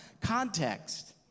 Context